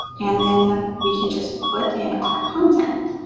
and then we can just put in our content.